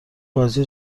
بازی